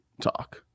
talk